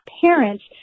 parents